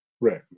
Right